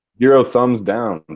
zero thumbs down, and